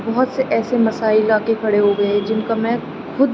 بہت سے ایسے مسائل آ کے کھڑے ہو گئے ہیں جن کا میں خود